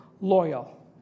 loyal